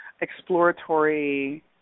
exploratory